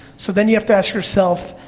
so, then you have to ask yourself,